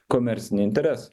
komerciniai interes